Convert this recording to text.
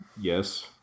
Yes